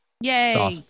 Yay